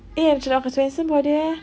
eh macam ah kasut handsome brother eh